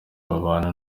babana